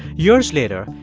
years later,